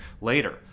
later